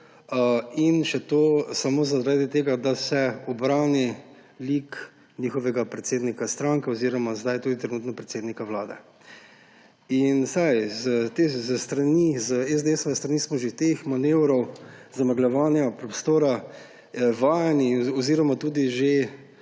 in še to samo zaradi tega da se obrani lik njihovega predsednika stranke oziroma zdaj tudi trenutno predsednika vlade. Z esdeesove strani smo teh manevrov zamegljevanja prostora že vajeni oziroma smo